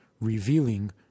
revealing